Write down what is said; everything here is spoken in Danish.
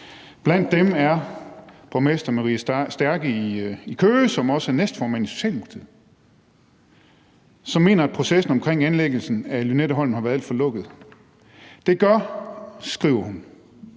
Blandt dem er borgmester Marie Stærke i Køge, der også er næstformand i Socialdemokratiet, som mener, at processen omkring anlæggelsen af Lynetteholmen har været alt for lukket. Hun skriver: